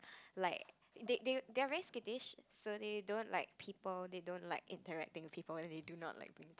like they they they are very skittish so they don't like people they don't like interacting with people and they do not like thing